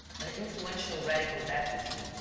an influential radical deputy,